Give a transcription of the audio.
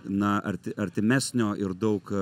na arti artimesnio ir daug